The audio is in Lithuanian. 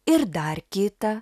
ir dar kitą